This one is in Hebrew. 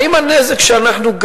האם הנזק שאנחנו,